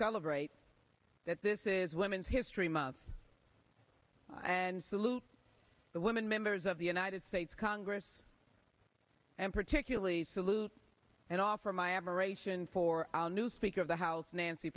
celebrate that this is women's history month and salute the women members of the united states congress and particularly salute and offer my admiration for our new speaker of the house nancy